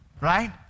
right